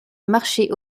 marché